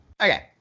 Okay